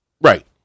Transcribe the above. Right